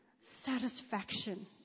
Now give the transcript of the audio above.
satisfaction